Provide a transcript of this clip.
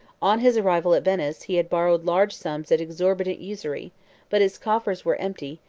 on his arrival at venice, he had borrowed large sums at exorbitant usury but his coffers were empty,